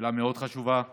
שאלה חשובה מאוד,